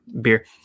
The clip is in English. beer